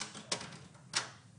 הסנקציות